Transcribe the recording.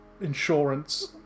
insurance